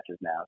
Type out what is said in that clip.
now